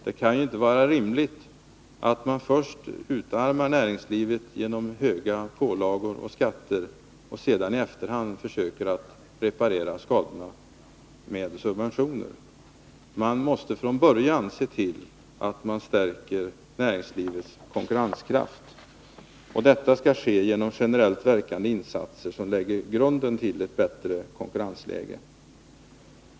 Det kan inte vara rimligt att man först utarmar näringslivet genom höga pålagor och skatter och sedan i efterhand försöker reparera skadorna med subventioner. Man måste från början se till att man stärker näringslivets konkurrenskraft. Och det skall ske genom generellt verkande insatser, som lägger grunden till ett bättre konkurrensläge.